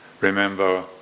remember